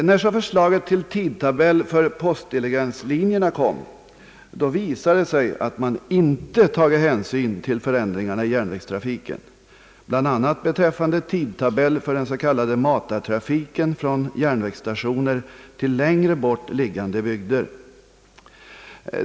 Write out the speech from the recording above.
När så förslaget om tidtabell för postdiligenslinjerna kom visade det sig att man inte hade tagit hänsyn till förändringarna i järnvägstrafiken bl.a. beträffande tidtabellen för den s.k. matartrafiken från järnvägsstationer till längre bort liggande bygder.